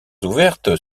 ouvertes